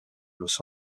los